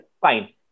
fine